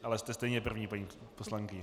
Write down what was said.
Ale jste stejně první, paní poslankyně.